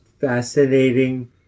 fascinating